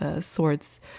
swords